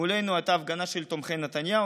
מולנו הייתה הפגנה של תומכי נתניהו.